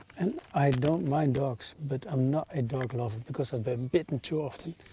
and i don't mind dogs but i'm not a doglover because i've been bitten too often.